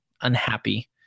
unhappy